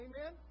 Amen